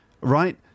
right